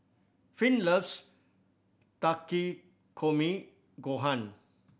Finn loves Takikomi Gohan